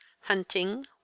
hunting